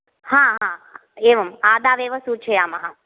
हा हा हा एवं आदावेव सूचयामः